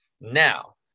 Now